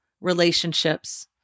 relationships